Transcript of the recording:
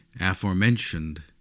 aforementioned